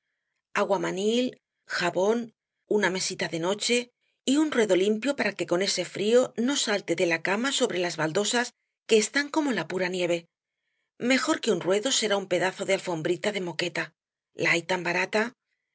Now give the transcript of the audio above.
aguamanil jabón una mesita de noche y un ruedo limpio para que con ese frío no salte de la cama sobre las baldosas que están como la pura nieve mejor que un ruedo será un pedazo de alfombrita de moqueta la hay tan barata le